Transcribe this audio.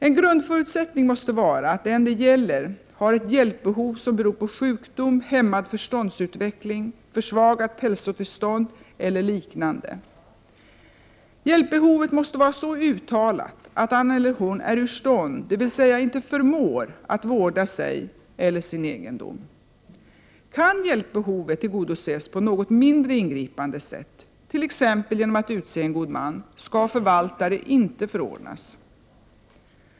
En grundförutsättning måste vara att den det gäller har ett hjälpbehov som beror på sjukdom, hämmad förståndsutveckling, försvagat hälsotillstånd eller liknande. Hjälpbehovet måste vara så uttalat att han eller hon är ur stånd — dvs. inte förmår — att vårda sig eller sin egendom. Kan hjälpbehovet tillgodoses på något mindre ingripande sätt, t.ex. genom att utse god man, skall förvaltare inte förordnas.